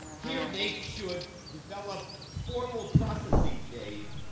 here naep should develop formal processes, dave,